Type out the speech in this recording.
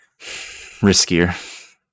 riskier